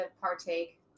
partake